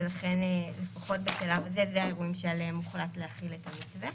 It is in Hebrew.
ולכן לפחות בשלב הזה אלה האירועים שעליהם הוחלט להחיל את המתווה.